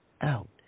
out